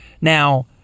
Now